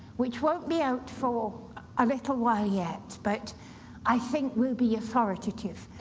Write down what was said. which won't be out for a little while yet, but i think will be authoritative.